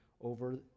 over